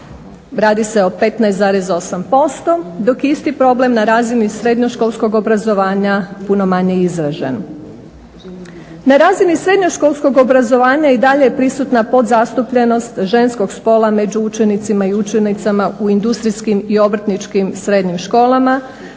radi se o 15,8% dok je isti problem na razini srednjoškolskog obrazovanja puno manje izražen. Na razini srednjoškolskog obrazovanja i dalje je prisutna podzastupljenost ženskog spola među učenicima i učenicama u industrijskim i obrtničkim srednjim školama,